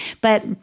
but-